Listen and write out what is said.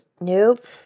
Nope